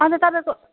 अन्त तपाईँको